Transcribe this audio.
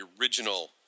original